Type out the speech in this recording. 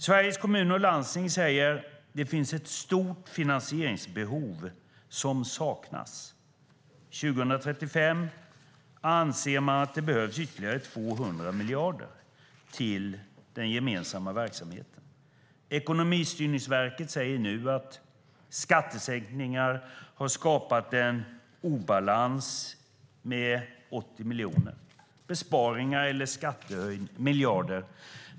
Sveriges Kommuner och Landsting säger att det finns ett stort finansieringsbehov som inte täcks. Man anser att det år 2035 kommer att behövas ytterligare 200 miljarder till den gemensamma verksamheten. Ekonomistyrningsverket säger nu att skattesänkningar har skapat en obalans med 80 miljarder.